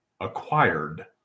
acquired